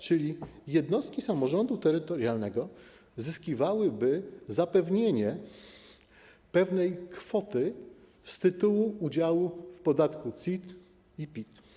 Czyli jednostki samorządu terytorialnego zyskiwałyby zapewnienie pewnej kwoty z tytułu udziału w podatku CIT i PIT.